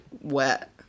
wet